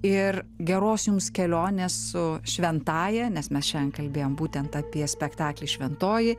ir geros jums kelionės su šventąja nes mes šiandien kalbėjom būtent apie spektaklį šventoji